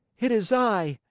it is i!